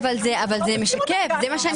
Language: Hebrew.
אבל זה משקף, זה מה שאני אומרת.